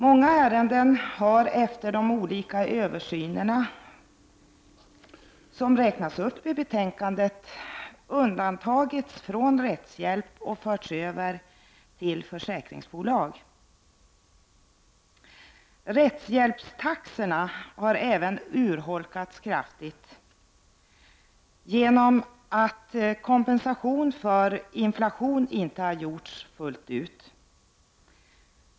Många ärenden har efter de olika översynerna, som räknas upp i betänkandet, undantagits från rättshjälp och förts över till försäkringsbolag. Rättshjälpstaxorna har även urholkats kraftigt, genom att kompensation för inflation inte har getts fullt ut.